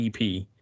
EP